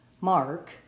Mark